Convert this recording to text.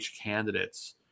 candidates